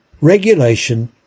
Regulation